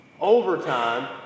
overtime